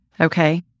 Okay